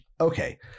Okay